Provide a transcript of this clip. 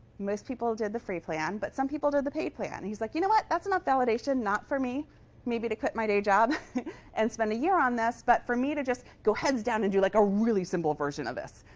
most people did the free plan, but some people did the paid plan. he's like, you know what? that's enough validation not for me maybe to quit my day job and spend a year on this, but for me to just go heads-down and do like a really simple version of this.